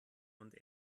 und